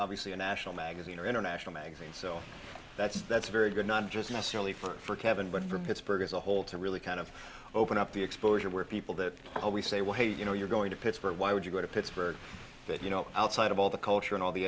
obviously a national magazine or international magazine so that's that's very good not just necessarily for kevin but for its burger as a whole to really kind of open up the exposure where people that always say well hey you know you're going to pittsburgh why would you go to pittsburgh but you know outside of all the culture and all the